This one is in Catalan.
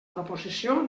proposició